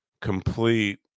complete